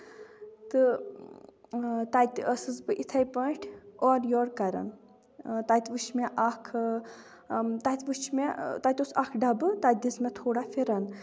تہٕ تَتہِ ٲسٕس بہٕ اِتھٕے پٲٹھۍ اورٕ یور کران تَتہِ وٕچھ مےٚ اکھ تَتہِ وٕچھ مےٚ تَتہِ اوس اکھ ڈبہٕ تَتہِ دِژ مےٚ تھوڑا پھِرن